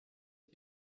für